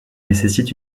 nécessitent